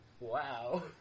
Wow